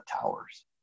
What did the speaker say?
towers